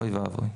אוי ואבוי.